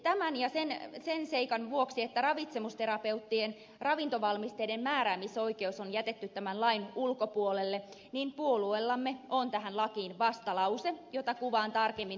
tämän ja sen seikan vuoksi että ravitsemusterapeuttien ravintovalmisteiden määräämisoikeus on jätetty tämän lain ulkopuolelle puolueellamme on tähän lakiin vastalause jota kuvaan tarkemmin tuonnempana